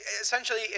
essentially